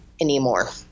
anymore